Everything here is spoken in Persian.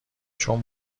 چون